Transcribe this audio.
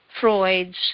Freud's